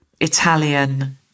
Italian